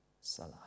Salah